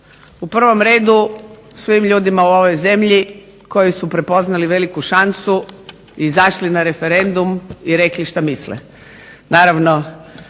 u prvom redu svim ljudima u ovoj zemlji koji su prepoznali veliku šansu i izašli na referendum i rekli što misle.